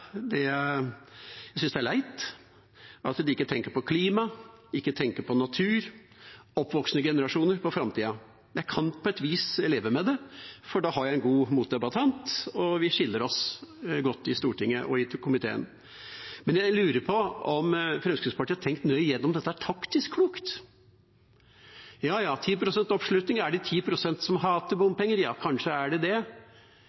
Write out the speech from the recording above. Jeg synes det er leit at de ikke tenker på klima, ikke tenker på natur, oppvoksende generasjoner og framtida. Jeg kan på et vis leve med det, for da har jeg en god motdebattant, og vi skiller oss godt i Stortinget og i komiteen. Det jeg lurer på, er om Fremskrittspartiet har tenkt nøye gjennom om dette er taktisk klokt. 10 pst. oppslutning, er det 10 pst. som hater bompenger? Ja, kanskje er det